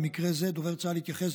במקרה זה דובר צה"ל התייחס